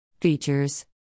Features